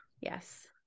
yes